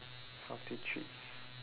healthy treats